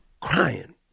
crying